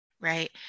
Right